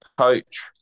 Coach